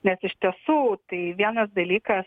nes iš tiesų tai vienas dalykas